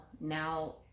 now